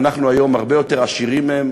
אנחנו היום הרבה יותר עשירים מהם,